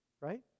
Right